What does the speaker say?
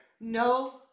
No